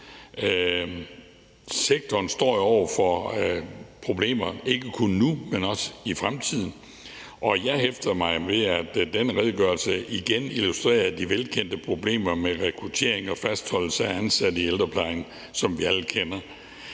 Sektoren står over for problemer, ikke kun nu, men også i fremtiden, og jeg hæfter mig ved, at den redegørelse igen illustrerer de velkendte problemer med rekruttering og fastholdelse af ansatte i ældreplejen, som vi alle kender,